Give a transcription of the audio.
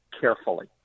carefully